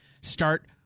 start